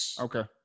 Okay